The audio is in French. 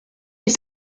des